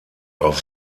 auf